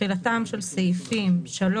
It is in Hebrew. תחילתם של סעיפים 3,